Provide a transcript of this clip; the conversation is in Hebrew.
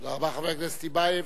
תודה, חבר הכנסת טיבייב.